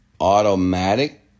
automatic